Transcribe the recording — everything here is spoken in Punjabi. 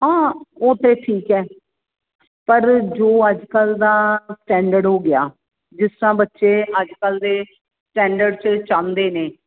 ਹਾਂ ਉਹ ਤਾਂ ਠੀਕ ਹੈ ਪਰ ਜੋ ਅੱਜ ਕੱਲ੍ਹ ਦਾ ਸਟੈਂਡਰਡ ਹੋ ਗਿਆ ਜਿਸ ਤਰ੍ਹਾਂ ਬੱਚੇ ਅੱਜ ਕੱਲ੍ਹ ਦੇ ਸਟੈਂਡਰਡ 'ਚ ਚਾਹੁੰਦੇ ਨੇ